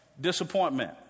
Disappointment